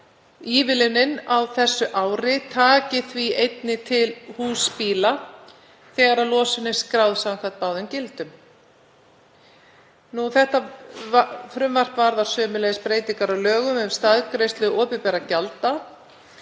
ívilnunin á þessu ári taki því einnig til húsbíla þegar losun er skráð samkvæmt báðum gildum. Þetta frumvarp varðar sömuleiðis breytingar á lögum um staðgreiðslu opinberra gjalda,